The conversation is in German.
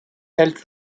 hält